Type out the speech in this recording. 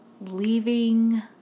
leaving